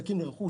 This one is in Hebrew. נזקים לרכוש,